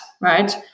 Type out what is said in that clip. right